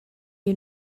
you